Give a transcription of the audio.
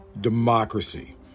democracy